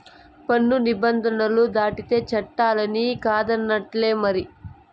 పన్ను నిబంధనలు దాటితే చట్టాలన్ని కాదన్నట్టే మరి